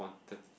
quanti~